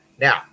Now